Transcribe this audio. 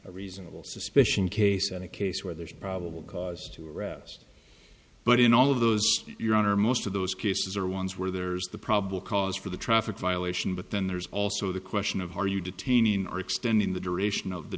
a reasonable suspicion case and a case where there's probable cause to arrest but in all of those your honor most of those cases are ones where there's the probable cause for the traffic violation but then there's also the question of how are you detaining or extending the duration of the